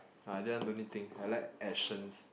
ah this one don't need think I like actions